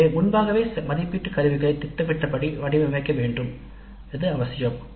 எனவே மதிப்பீட்டு கருவிகளை திட்டத்தின்படி வடிவமைக்க வேண்டியது அவசியம்